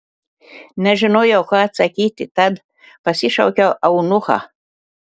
nežinojau ką atsakyti tad pasišaukiau eunuchą